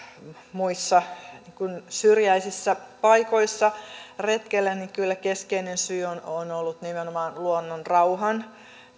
muissa syrjäisissä paikoissa retkellä niin kyllä keskeinen syy on on ollut nimenomaan luonnonrauhan